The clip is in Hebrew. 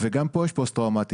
וגם פה יש פוסט טראומטיים,